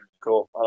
Cool